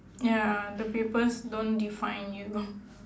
ya the papers don't define you